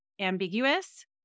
ambiguous